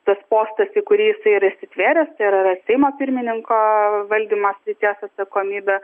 tas postas į kurį jisai yra įsitvėręs tai ar yra seimo pirmininko valdymo srities atsakomybė